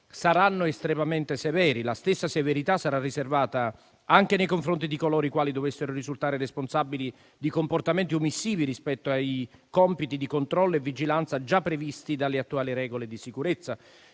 saranno estremamente severi. La stessa severità sarà riservata anche a coloro i quali dovessero risultare responsabili di comportamenti omissivi rispetto ai compiti di controllo e vigilanza già previsti dalle attuali regole di sicurezza.